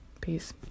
Peace